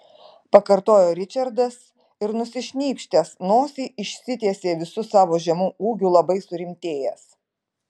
pakartojo ričardas ir nusišnypštęs nosį išsitiesė visu savo žemu ūgiu labai surimtėjęs